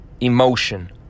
emotion